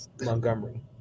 Montgomery